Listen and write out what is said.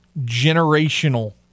generational